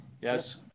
Yes